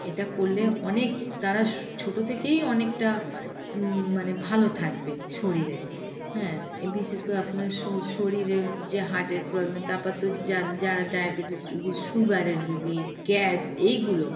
এটা করলে অনেক তারা ছোটো থেকেই অনেকটা মানে ভালো থাকবে শরীরে হ্যাঁ বিশেষ করে আপনার শরীরে যে হার্টের প্রবলেম তারপর তো যা যারা ডায়াবেটিস রুগী সুগারের রুগী গ্যাস এইগুলো